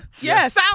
Yes